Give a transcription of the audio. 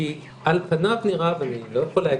אני לא יכול להגיד,